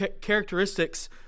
characteristics